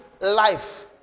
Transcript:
life